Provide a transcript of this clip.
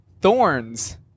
Thorns